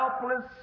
helpless